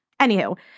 anywho